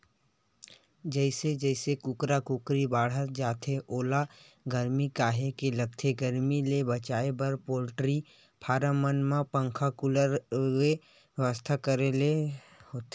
जइसे जइसे कुकरा कुकरी बाड़हत जाथे ओला गरमी काहेच के लगथे गरमी ले बचाए बर पोल्टी फारम मन म पंखा कूलर के बेवस्था करे ल होथे